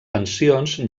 pensions